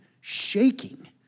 shaking